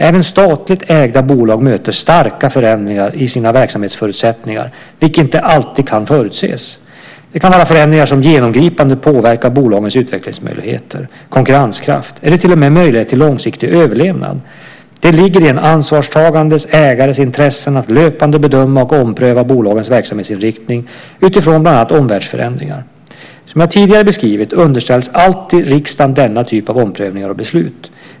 Även statligt ägda bolag möter starka förändringar i sina verksamhetsförutsättningar, vilka inte alltid kan förutses. Det kan vara förändringar som genomgripande påverkar bolagens utvecklingsmöjligheter, konkurrenskraft eller till och med möjlighet till långsiktig överlevnad. Det ligger i en ansvarstagande ägares intresse att löpande bedöma och ompröva bolagens verksamhetsinriktning utifrån bland annat omvärldsförändringar. Som jag tidigare beskrivit underställs alltid riksdagen denna typ av omprövningar och beslut.